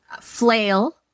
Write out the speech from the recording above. flail